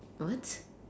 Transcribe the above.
what